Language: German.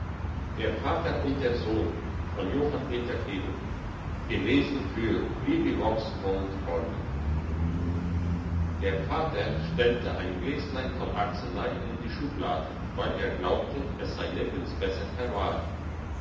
der vater und der sohn der vater stellte ein gläslein voll arznei in die schublade weil er glaubte es sei nirgends besser verwahrt